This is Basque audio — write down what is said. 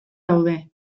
daude